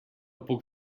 puc